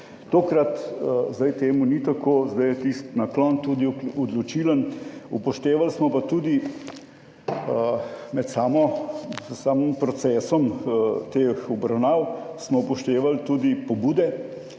Tokrat zdaj temu ni tako, zdaj je tisti naklon tudi odločilen, upoštevali smo pa tudi med samim procesom teh obravnav, smo upoštevali tudi pobude,